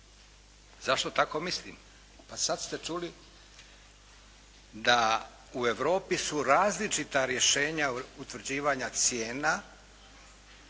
Zašto tako mislim? Pa sad ste čuli da u Europi su različita rješenja utvrđivanja cijena